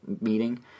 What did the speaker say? meeting